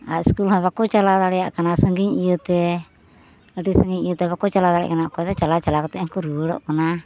ᱟᱨ school ᱦᱚᱸ ᱵᱟᱠᱚ ᱪᱟᱞᱟᱣ ᱫᱟᱲᱮᱭᱟᱜ ᱠᱟᱱᱟ ᱥᱟᱺᱜᱤᱧ ᱤᱭᱟᱹᱛᱮ ᱟᱹᱰᱤ ᱥᱟᱺᱜᱤᱧ ᱤᱭᱟᱹᱛᱮ ᱵᱟᱠᱚ ᱪᱟᱞᱟᱣ ᱫᱟᱲᱮᱜ ᱠᱟᱱᱟ ᱚᱠᱚᱭᱫᱚ ᱪᱟᱞᱟᱣ ᱪᱟᱞᱟᱣ ᱠᱟᱛᱮ ᱦᱚᱸ ᱠᱚ ᱨᱩᱣᱟᱹᱲᱚᱜ ᱠᱟᱱᱟ